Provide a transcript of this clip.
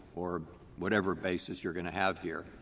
or whatever basis you're going to have here,